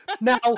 Now